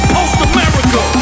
Post-America